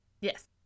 Yes